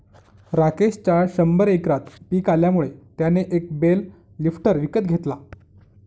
राकेशच्या शंभर एकरात पिक आल्यामुळे त्याने एक बेल लिफ्टर विकत घेतला